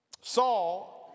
Saul